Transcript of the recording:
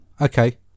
Okay